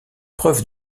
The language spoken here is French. preuve